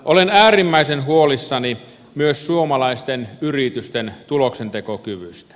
olen äärimmäisen huolissani myös suomalaisten yritysten tuloksentekokyvystä